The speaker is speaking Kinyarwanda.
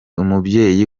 umubyeyi